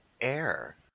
air